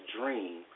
dream